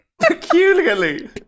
Peculiarly